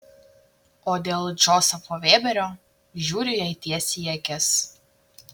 o dėl džozefo vėberio žiūriu jai tiesiai į akis